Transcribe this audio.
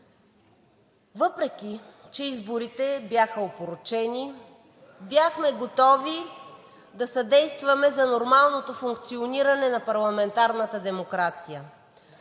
Въпреки че изборите бяха опорочени, бяхме готови да съдействаме за нормалното функциониране на парламентарната демокрация.